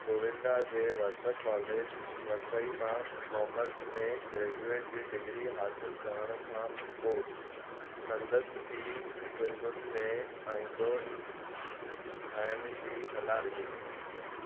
गोविंदा जे वर्तक कॉलेज वसई मां कॉमर्स में ग्रेजुएट जी डिग्री हासिलु करण खां पोइ संदसि पीउ फ़िल्मुनि में आईंदो ठाहिण जी सलाह ॾिनी